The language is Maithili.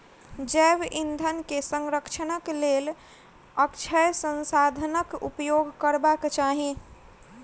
जैव ईंधन के संरक्षणक लेल अक्षय संसाधनाक उपयोग करबाक चाही